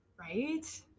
Right